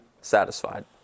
satisfied